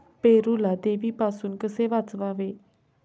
पेरूला देवीपासून कसे वाचवावे?